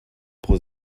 pro